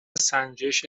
سنجش